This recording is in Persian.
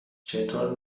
چطور